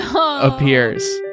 appears